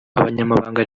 abanyamabanga